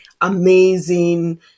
amazing